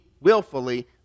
willfully